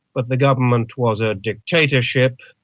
but the government was a dictatorship.